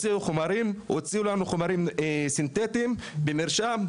הוציאו לנו חומרים סינתטיים במרשם,